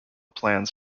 plans